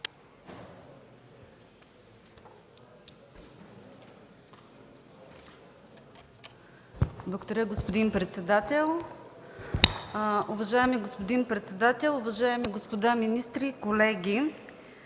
Благодаря, господин председател. Уважаеми господин председател, уважаеми господа министри, колеги!